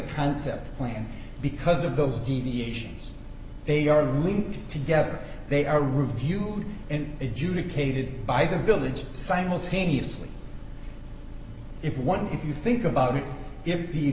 concept plan because of those deviations they are linked together they are reviewed and adjudicated by the village simultaneously if one if you think about it if the